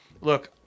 look